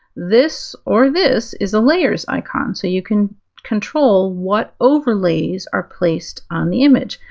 this or this is a layers icon so you can control what overlays are placed on the image,